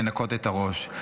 לנקות את הראש.